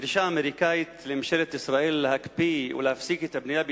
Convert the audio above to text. הדרישה האמריקנית מממשלת ישראל להקפיא ולהפסיק את הבנייה בהתנחלויות,